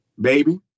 baby